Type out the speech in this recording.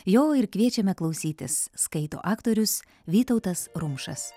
jo ir kviečiame klausytis skaito aktorius vytautas rumšas